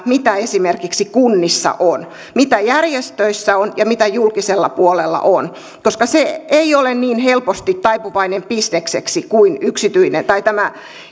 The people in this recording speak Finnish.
mitä esimerkiksi kunnissa on mitä järjestöissä on ja mitä julkisella puolella on koska se ei ole niin helposti taipuvainen bisnekseksi kuin yksityinen tai tämä